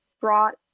brought